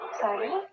Sorry